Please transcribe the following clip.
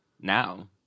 now